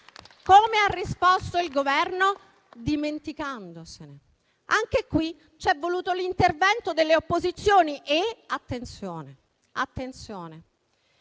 Come ha risposto il Governo? Dimenticandosene. Anche in questo caso c'è voluto l'intervento delle opposizioni. E attenzione, perché